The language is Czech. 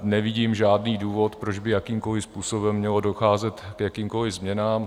Nevidím žádný důvod, proč by jakýmkoliv způsobem mělo docházet k jakýmkoliv změnám.